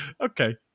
Okay